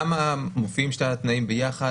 למה מופיעים שני התנאי יחד?